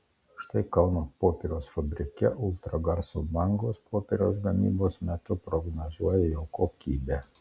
štai kauno popieriaus fabrike ultragarso bangos popieriaus gamybos metu prognozuoja jo kokybę